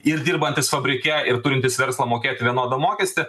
ir dirbantys fabrike ir turintys verslą mokėti vienodą mokestį